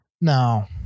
No